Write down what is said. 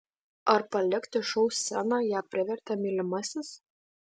ar palikti šou sceną ją privertė mylimasis